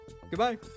Goodbye